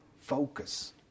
focus